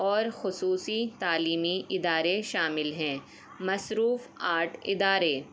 اور خصوصی تعلیمی ادارے شامل ہیں مصروف آرٹ ادارے